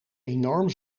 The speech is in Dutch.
enorm